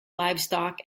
livestock